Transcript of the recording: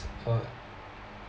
uh